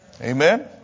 Amen